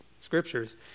scriptures